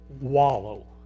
wallow